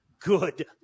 good